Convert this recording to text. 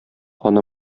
аны